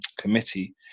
committee